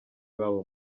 babo